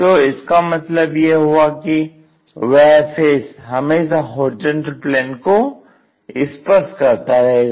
तो इसका मतलब यह हुआ कि वह फेस हमेशा HP को स्पर्श करता रहेगा